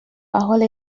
parole